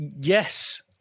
Yes